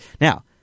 Now